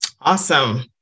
Awesome